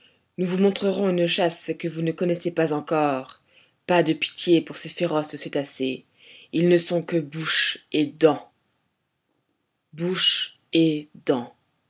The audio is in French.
nous vous montrerons une chasse que vous ne connaissez pas encore pas de pitié pour ces féroces cétacés ils ne sont que bouche et dents bouche et dents